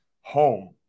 home